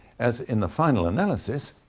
as in the final analysis,